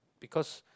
because